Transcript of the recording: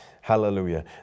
hallelujah